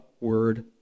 word